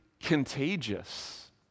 contagious